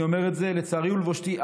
אני אומר את זה לצערי ולבושתי.